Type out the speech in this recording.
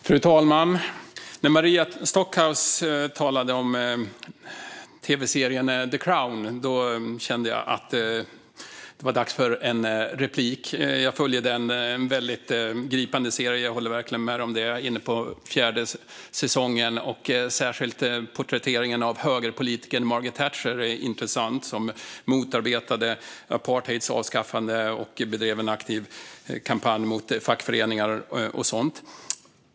Fru talman! När Maria Stockhaus talade om tv-serien The Crown kände jag att det var dags att ta replik. Jag följer den. Det är en gripande serie; jag håller verkligen med om det. Jag är inne på fjärde säsongen och tycker att särskilt porträtteringen av högerpolitikern Margaret Thatcher är intressant. Hon motarbetade avskaffandet av apartheid, bedrev en aktiv kampanj mot fackföreningar och sådant.